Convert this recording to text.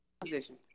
position